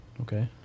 Okay